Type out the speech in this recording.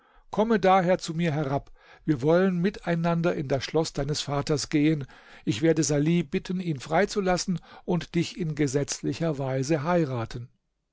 komme daher zu mir herab wir wollen miteinander in das schloß deines vaters gehen ich werde salih bitten ihn freizulassen und dich in gesetzlicher weise heiraten